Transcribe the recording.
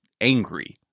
angry